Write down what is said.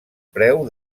preu